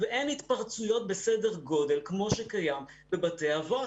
ואין התפרצויות בסדר גודל כמו שקיים בבתי האבות.